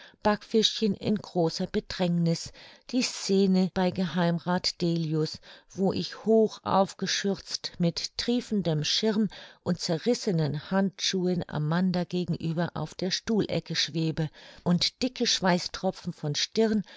backfischchen in großer bedrängniß die scene bei geh rath delius wo ich hoch aufgeschürzt mit triefendem schirm und zerrissenen handschuhen amanda gegenüber auf der stuhlecke schwebe und dicke schweißtropfen von stirn